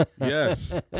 yes